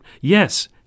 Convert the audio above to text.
Yes